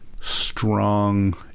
strong